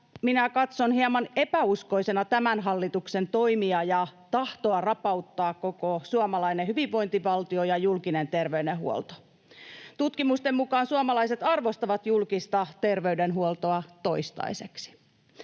että katson hieman epäuskoisena tämän hallituksen toimia ja tahtoa rapauttaa koko suomalainen hyvinvointivaltio ja julkinen terveydenhuolto. Tutkimusten mukaan suomalaiset arvostavat julkista terveydenhuoltoa, toistaiseksi.